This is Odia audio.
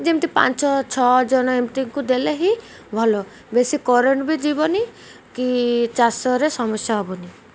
ଯେମିତି ପାଞ୍ଚ ଛଅ ଜଣ ଏମିତିଙ୍କୁ ଦେଲେ ହିଁ ଭଲ ବେଶୀ କରେଣ୍ଟ୍ବି ଯିବନି କି ଚାଷରେ ସମସ୍ୟା ହବନି